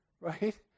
right